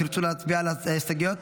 תרצו להצביע על ההסתייגויות?